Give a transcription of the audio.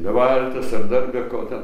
be valties ar dar be ko ten